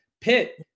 Pitt